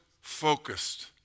focused